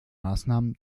maßnahmen